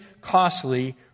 costly